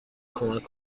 کمک